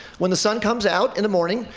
when the sun comes out in the morning,